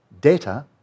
data